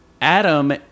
Adam